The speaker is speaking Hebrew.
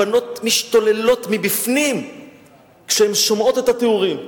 הבנות משתוללות מבפנים כשהן שומעות את התיאורים.